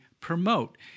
promote